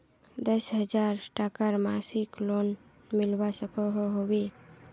दस हजार टकार मासिक लोन मिलवा सकोहो होबे?